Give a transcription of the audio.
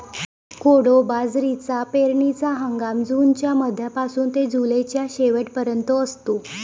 कोडो बाजरीचा पेरणीचा हंगाम जूनच्या मध्यापासून ते जुलैच्या शेवट पर्यंत असतो